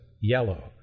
yellow